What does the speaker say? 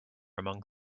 among